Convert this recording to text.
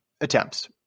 attempts